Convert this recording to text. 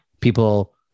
people